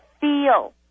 feel